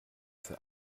für